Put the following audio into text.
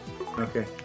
Okay